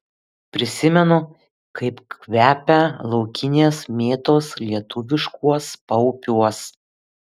prisimenu kaip kvepia laukinės mėtos lietuviškuos paupiuos